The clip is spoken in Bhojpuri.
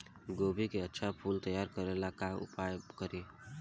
गोभी के अच्छा फूल तैयार करे ला का उपाय करी?